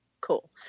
Cool